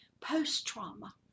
post-trauma